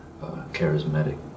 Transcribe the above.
charismatic